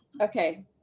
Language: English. okay